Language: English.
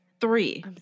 Three